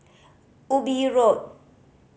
Ubi Road